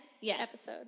yes